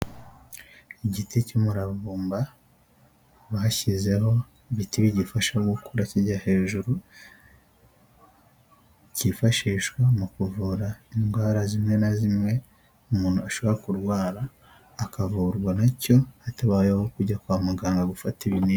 Igiti cy'umuravumba bashyizeho igiti bigifasha gukura kijya hejuru, kifashishwa mu kuvura indwara zimwe na zimwe umuntu ashobora kurwara akavurwa nacyo hatabayeho kujya kwa muganga gufata ibinini.